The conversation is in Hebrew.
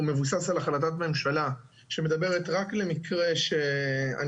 הוא מבוסס על החלטת ממשלה שמדברת רק למקרה שהנפגע